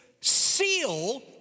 seal